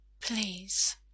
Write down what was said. Please